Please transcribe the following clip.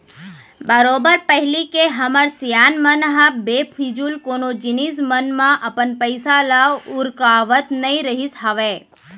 बरोबर पहिली के हमर सियान मन ह बेफिजूल कोनो जिनिस मन म अपन पइसा ल उरकावत नइ रहिस हावय